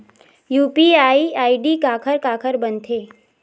UPI ID काखर काखर बनथे?